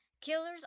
killers